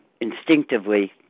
instinctively